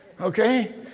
Okay